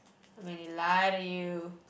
when they lie to you